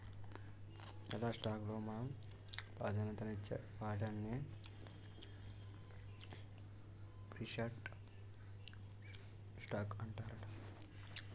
ఎలా స్టాక్ లో మనం ప్రాధాన్యత నిచ్చే వాటాన్ని ప్రిఫర్డ్ స్టాక్ అంటారట